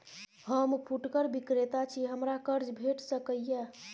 हम फुटकर विक्रेता छी, हमरा कर्ज भेट सकै ये?